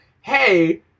hey